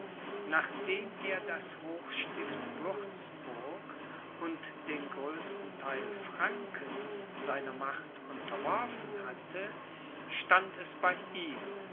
nachdem er das hochstift würzburg und den größten theil frankens seiner macht unterworfen hatte stand es bei ihm